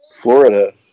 Florida